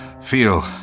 feel